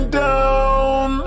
down